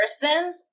person